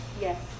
Yes